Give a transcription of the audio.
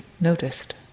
noticed